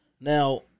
Now